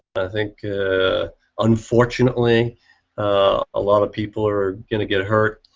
i think unfortunately a lot of people are gonna get hurt,